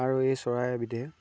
আৰু এই চৰাইবিধে